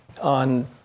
on